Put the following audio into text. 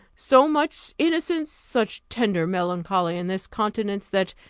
so much innocence, such tender melancholy in this countenance, that,